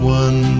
one